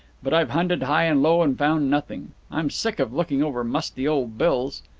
but i've hunted high and low, and found nothing. i'm sick of looking over musty old bills.